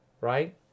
Right